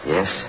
Yes